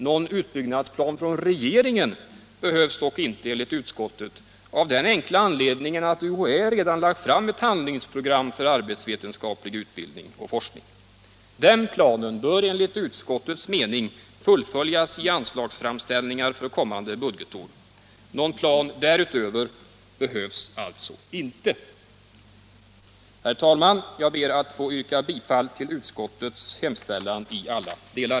— Någon utbyggnadsplan från regeringen behövs dock inte, enligt utskottet, av den enkla anledningen att UHÄ redan lagt fram ett handlingsprogram för arbetsvetenskaplig utbildning och forskning. Den planen bör enligt utskottets mening fullföljas i anslagsframställningar för kommande budgetår. Någon plan därutöver behövs alltså inte. Herr talman! Jag ber att få yrka bifall till utskottets hemställan i alla delar.